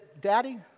Daddy